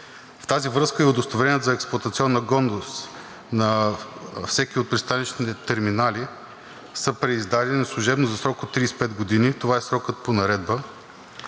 В тази връзка и удостоверението за експлоатационна годност на всеки от пристанищните терминали са преиздадени служебно за срок от 35 години. Това е срокът по наредба